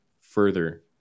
further